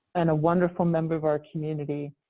and a wonderful member of our community,